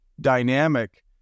dynamic